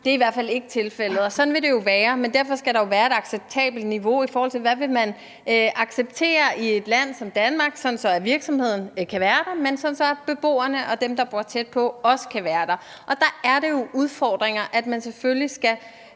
lugtgener, i hvert fald ikke er tilfældet. Sådan vil det jo være, men derfor skal der jo være et acceptabelt niveau, i forhold til hvad man vil acceptere i et land som Danmark, sådan at virksomheden kan være der, men at beboerne og dem, der bor tæt på, også kan være der. Og der er der jo udfordringer, og man skal selvfølgelig forsøge